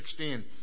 16